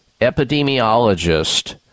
epidemiologist